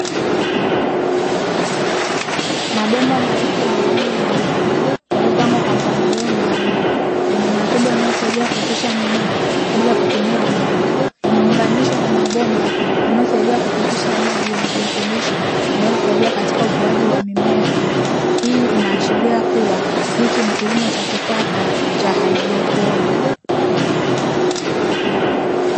Mabomba marefu yenye rangi nyeupe, yaliyopangwa kwa mpangilio maalumu; yenye matobo yanayosaidia kuotesha mimea bila kutumia udongo. Yameunganishwa kwa mabomba yanayosaidia kupitisha maji yenye virutubisho; vinavyosaidia katika ukuaji wa mimea hiyo. Hii inaashiria kuwa hiki ni kilimo cha kisasa cha haidroponi.